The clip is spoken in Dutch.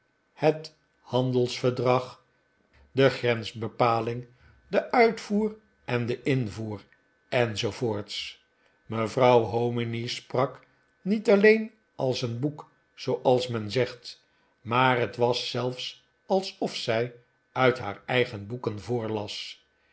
het handelsverdrag de grensbepaling den uitvoer en den invoer enz mevrouw hominy sprak niet alleen als een boek zooals men zegt maar het was zelfs alsof zij uit haar eigen boeken voorlas